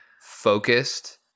focused